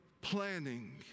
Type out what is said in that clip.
planning